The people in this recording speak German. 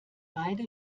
beide